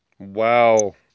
Wow